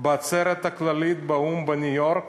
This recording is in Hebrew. בעצרת הכללית באו"ם בניו-יורק